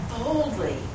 boldly